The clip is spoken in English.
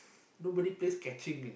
nobody plays catching in